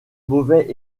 mauvais